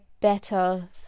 better